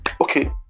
okay